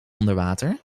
onderwater